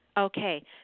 Okay